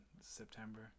September